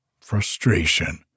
frustration